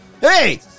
Hey